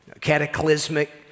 Cataclysmic